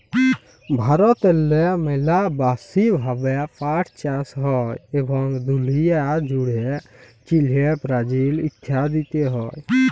ভারতেল্লে ম্যালা ব্যাশি ভাবে পাট চাষ হ্যয় এবং দুলিয়া জ্যুড়ে চিলে, ব্রাজিল ইত্যাদিতে হ্যয়